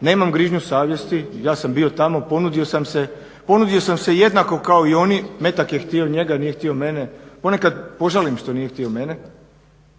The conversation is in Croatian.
nemam grižnju savjesti, ja sam bio tamo, ponudio sam se, ponudio sam se jednako kao i oni, metak je htio njega, nije htio mene, ponekad požalim što nije htio mene,